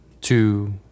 two